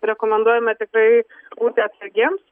rekomenduojame tikrai būti atsargiems